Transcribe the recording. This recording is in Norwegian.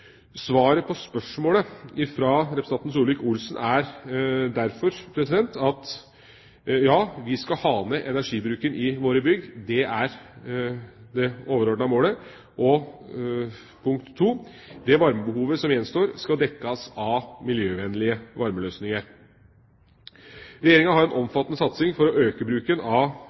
Svaret på spørsmålet fra representanten Solvik-Olsen er derfor: Ja, vi skal ha ned energibruken i våre bygg. Det er det overordnede målet. Og punkt to: Det varmebehovet som gjenstår, skal dekkes av miljøvennlige varmeløsninger. Regjeringa har en omfattende satsing for å øke bruken av